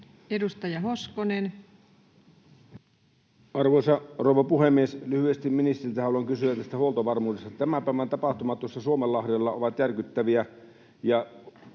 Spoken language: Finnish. Edustaja Hoskonen. Arvoisa rouva puhemies! Lyhyesti ministeriltä haluan kysyä huoltovarmuudesta: Tämän päivän tapahtumat tuossa Suomenlahdella ovat järkyttäviä,